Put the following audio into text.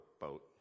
boat